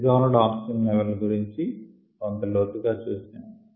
dissolved oxygen level గురించి కొంత లోతుగా చూశాము